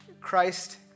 Christ